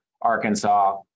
Arkansas